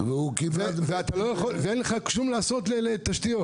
ואין לך כלום לתשתיות.